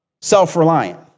Self-reliant